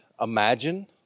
imagine